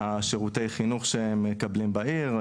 שירותי החינוך שמקבלים בעיר,